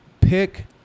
pick